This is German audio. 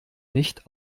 nicht